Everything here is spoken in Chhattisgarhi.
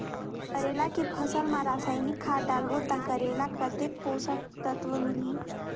करेला के फसल मा रसायनिक खाद डालबो ता करेला कतेक पोषक तत्व मिलही?